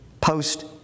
post